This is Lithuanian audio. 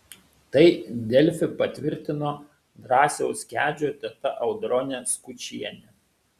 tai delfi patvirtino drąsiaus kedžio teta audronė skučienė